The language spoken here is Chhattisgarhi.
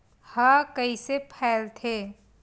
ह कइसे फैलथे?